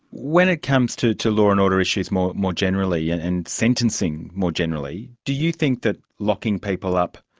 when it comes to to law and order issues more more generally, yeah and sentencing more generally, do you think that locking people up,